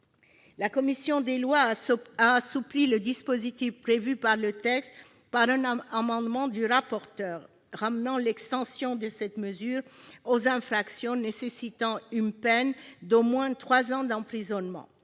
La commission des lois a assoupli le dispositif prévu par le texte en adoptant un amendement du corapporteur, ramenant l'extension de cette mesure aux infractions passibles d'une peine d'au moins trois ans d'emprisonnement.